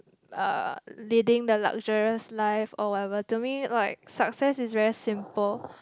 uh leading the luxurious life or whatever to me like success is very simple